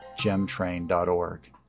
GemTrain.org